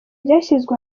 ryashyizwe